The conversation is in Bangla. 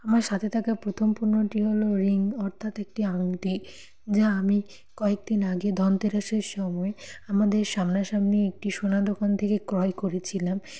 আমার সাথে থাকা প্রথম পণ্যটি হল রিং অর্থাৎ একটি আংটি যা আমি কয়েকদিন আগে ধনতেরাসের সময় আমাদের সামনাসামনি একটি সোনা দোকান থেকে ক্রয় করেছিলাম